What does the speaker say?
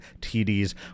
TDs